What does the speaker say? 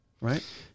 Right